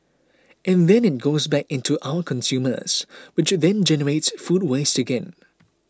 and then it goes back into our consumers which then generates food waste again